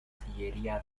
sillería